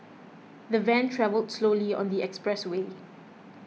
the van travelled slowly on the express way